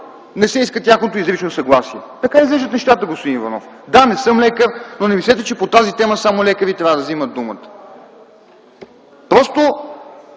не се иска тяхното изрично съгласие. Така изглеждат нещата, господин Иванов. Да, не съм лекар, но не мислете, че по тази тема само лекари трябва да взимат думата. Просто